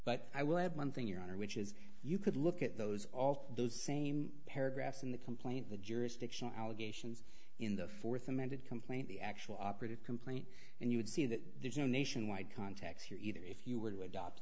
but i will add one thing your honor which is you could look at those all those same paragraphs in the complaint the jurisdictional allegations in the fourth amended complaint the actual operative complaint and you would see that there is no nationwide context here even if you were to adopt